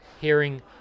hearing